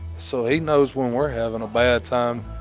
so he knows when we're having a bad time.